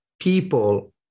people